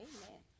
Amen